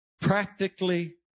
practically